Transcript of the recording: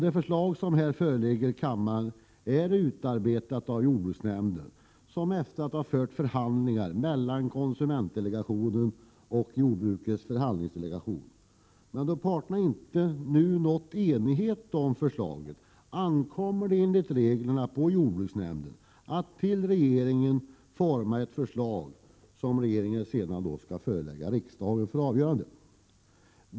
Det förslag som har förelagts kammaren är utarbetat av jordbruksnämnden, som fört förhandlingar med konsumentdelegationen och jordbrukets förhandlingsdelegation. Då parterna inte har lyckats nå enighet vid förhandlingarna, ankommer det enligt reglerna på jordbruksnämnden att utforma och till regeringen överlämna ett förslag som regeringen sedan skall förelägga riksdagen för avgörande.